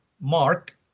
Mark